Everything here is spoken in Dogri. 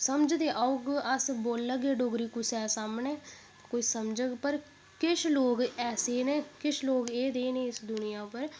समझ ते औग अस बोलगे डोगरी कुसै दे सामने कोई समझग पर किश लोक ऐसे न किश लोक एह् दे न इस दुनियां उप्पर